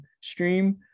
stream